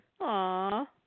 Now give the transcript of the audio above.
Aw